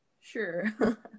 Sure